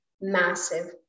massive